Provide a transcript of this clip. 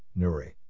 Nuri